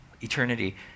eternity